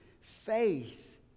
faith